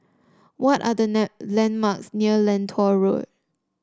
what are the landmarks near Lentor Road